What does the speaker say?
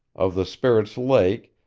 of the spirit's lake,